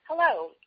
Hello